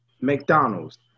McDonald's